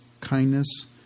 kindness